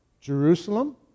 Jerusalem